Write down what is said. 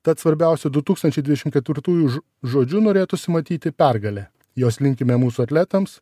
tad svarbiausia du tūkstančiai dvidešimt ketvirtųjų žodžiu norėtųsi matyti pergalę jos linkime mūsų atletams